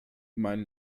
mein